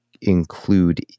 include